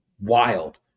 wild